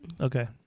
Okay